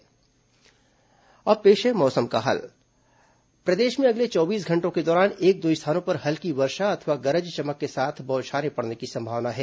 मौसम और अब पेश है मौसम का हाल प्रदेश में अगले चौबीस घंटों के दौरान एक दो स्थानों पर हल्की वर्षा अथवा गरज चमक के साथ बौछारें पड़ने की संभावना है